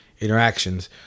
interactions